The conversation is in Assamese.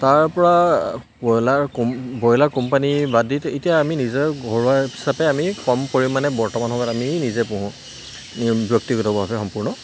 তাৰ পৰা ব্ৰইলাৰ কোম ব্ৰইলাৰ কোম্পানী বাদ দি এতিয়া আমি নিজে ঘৰুৱা হিচাপে আমি কম পৰিমাণে বৰ্তমান সময়ত আমি নিজে পুহো ব্যক্তিগতভাৱে সম্পূৰ্ণ